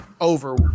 over